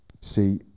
See